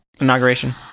inauguration